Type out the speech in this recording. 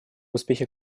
успехе